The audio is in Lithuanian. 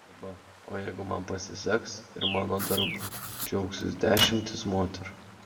arba o jeigu man pasiseks ir mano darbu džiaugsis dešimtys moterų